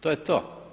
To je to.